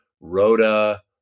Rhoda